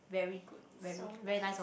very good very very nice of